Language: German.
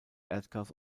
erdgas